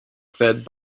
fed